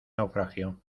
naufragio